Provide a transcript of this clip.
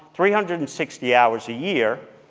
three hundred and sixty hours a year,